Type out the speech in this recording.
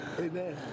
Amen